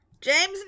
James